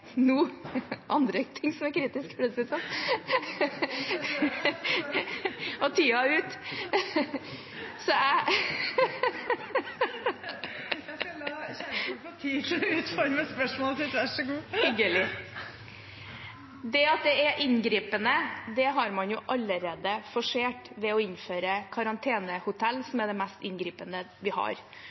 nå … Det er andre ting som er kritisk, president. Det var en litt lettskremt president her – beklager. Og tiden er ute. Presidenten skal la representanten Kjerkol få tid til å utforme spørsmålet sitt – vær så god. Det var hyggelig. Det at det er inngripende, har man jo allerede forsert ved å innføre karantenehotell, som